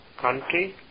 country